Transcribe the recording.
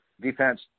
defense